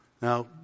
Now